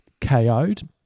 KO'd